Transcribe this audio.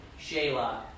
Shayla